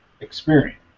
experience